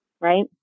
right